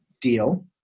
deal